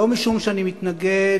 לא משום שאני מתנגד